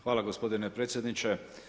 Hvala gospodine predsjedniče.